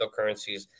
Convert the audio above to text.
cryptocurrencies